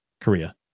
Korea